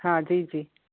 हा जी जी